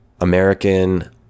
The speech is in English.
American